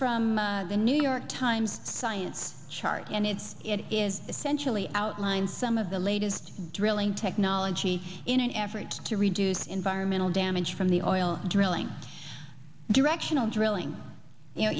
from the new york times science chart and it's it is essentially outlined some of the latest drilling technology in an effort to reduce environmental damage from the oil drilling directional drilling you know